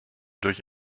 durch